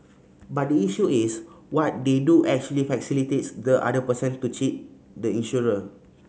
but the issue is what they do actually facilitates the other person to cheat the insurer